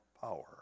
power